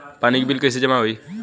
पानी के बिल कैसे जमा होयी?